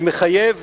שמחייב